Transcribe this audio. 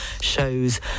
shows